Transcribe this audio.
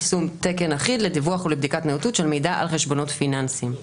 יישום תקן אחיד לדיווח ולבדיקת נאותות של מידע על חשבונות פיננסיים.